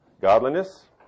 Godliness